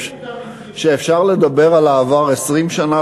שאפשר לדבר על העבר 20 שנה,